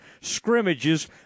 scrimmages